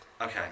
Okay